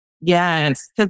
Yes